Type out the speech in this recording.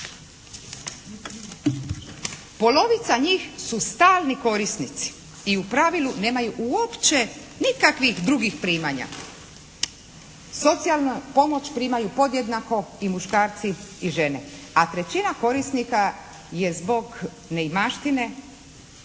Polovica njih su stalni korisnici i u pravilu nemaju uopće nikakvih drugih primanja. Socijalnu pomoć primaju podjednako i muškarci i žene, a trećina korisnika je zbog neimaštine